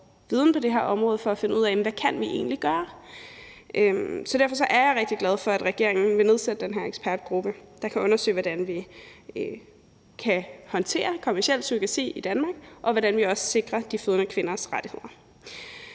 meget viden på det her område for at finde ud af: Hvad kan vi egentlig gøre? Så derfor er jeg rigtig glad for, at regeringen vil nedsætte den her ekspertgruppe, der kan undersøge, hvordan vi kan håndtere kommerciel surrogati i Danmark, og hvordan vi også sikrer de fødende kvinders rettigheder.